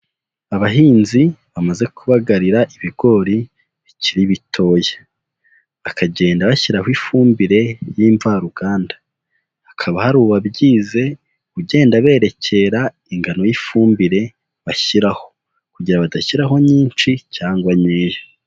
Abahinzi bamaze kubagarira ibigori bikiri bitoya, bakagenda bashyiraho ifumbire y'imvaruganda, hakaba hari uwabyize ugenda berekera ingano y'ifumbire bashyiraho, kugira badashyiraho nyinshi cyangwa nkeya.